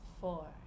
four